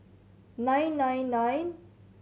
nine nine nine